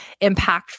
impactful